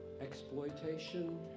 exploitation